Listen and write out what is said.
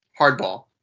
hardball